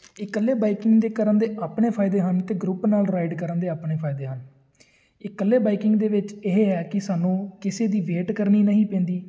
ਇਕੱਲੇ ਬਾਈਕਿੰਗ ਦੇ ਕਰਨ ਦੇ ਆਪਣੇ ਫਾਇਦੇ ਹਨ ਅਤੇ ਗਰੁੱਪ ਨਾਲ ਰਾਈਡ ਕਰਨ ਦੇ ਆਪਣੇ ਫਾਇਦੇ ਹਨ ਇਕੱਲੇ ਬਾਈਕਿੰਗ ਦੇ ਵਿੱਚ ਇਹ ਹੈ ਕਿ ਸਾਨੂੰ ਕਿਸੇ ਦੀ ਵੇਟ ਕਰਨੀ ਨਹੀਂ ਪੈਂਦੀ